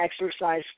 exercise